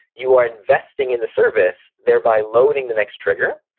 you are investing in the service, thereby loading the next trigger,